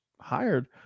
hired